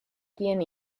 tiene